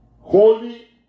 holy